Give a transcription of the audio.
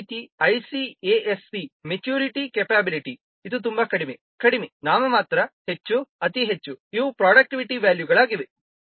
ಅದೇ ರೀತಿ ICASE maturity capability ಇದು ತುಂಬಾ ಕಡಿಮೆ ಕಡಿಮೆ ನಾಮಮಾತ್ರ ಹೆಚ್ಚು ಅತಿ ಹೆಚ್ಚು ಇವು ಪ್ರೋಡಕ್ಟಿವಿಟಿ ವ್ಯಾಲ್ಯೂಗಳಾಗಿವೆ